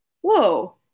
Whoa